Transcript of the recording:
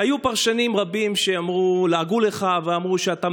היו פרשנים רבים שלעגו לך ואמרו שאתה